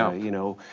ah you know,